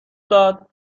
داد